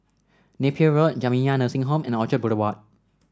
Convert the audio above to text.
Napier Road Jamiyah Nursing Home and Orchard Boulevard